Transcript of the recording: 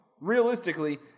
Realistically